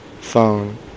phone